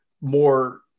more